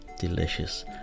delicious